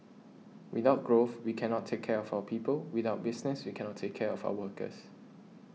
without growth we cannot take care of our people without business we cannot take care of our workers